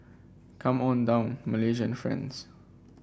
come on down Malaysian friends